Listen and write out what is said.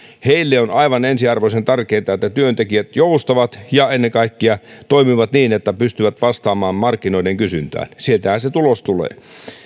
joille on aivan ensiarvoisen tärkeätä että työntekijät joustavat ja ennen kaikkea toimivat niin että pystyvät vastaamaan markkinoiden kysyntään sieltähän se tulos tulee